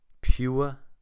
pure